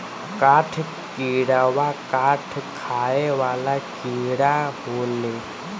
काठ किड़वा काठ खाए वाला कीड़ा होखेले